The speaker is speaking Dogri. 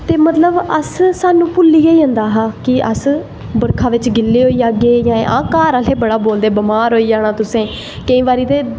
ते मतलव साहनू भुल्ली गै जंदा हा अस बरखा बिच्च गिल्ले होआ जाह्गे जां घरअसें बड़ा बोलदे बमार होई जाना तुसें केईं बारी